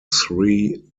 sri